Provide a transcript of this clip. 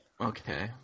Okay